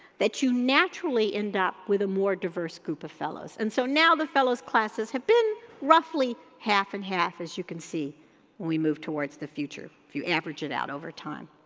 that you naturally end up with a more diverse group of fellows and so now the fellows classes have been roughly half and half as you can see when we move towards the future if you average it out over time